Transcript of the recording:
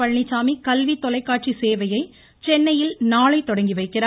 பழனிச்சாமி கல்வி தொலைக்காட்சி சேவையை சென்னையில் நாளை தொடங்கிவைக்கிறார்